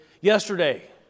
yesterday